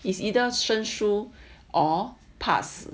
it's either 生疏 or 怕死